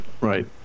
right